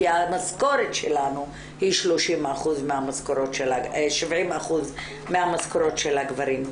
כי המשכורת שלנו היא 70% מהמשכורות של הגברים.